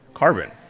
carbon